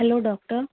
hello doctor